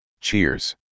Cheers